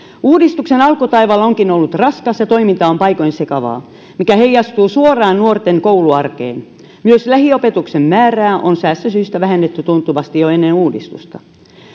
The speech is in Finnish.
uudistuksen alkutaival onkin ollut raskas ja toiminta on paikoin sekavaa mikä heijastuu suoraan nuorten kouluarkeen myös lähiopetuksen määrää on säästösyistä vähennetty tuntuvasti jo ennen uudistusta